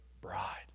bride